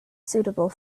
suitable